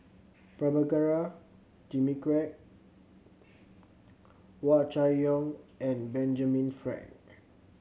Prabhakara Jimmy Quek Hua Chai Yong and Benjamin Frank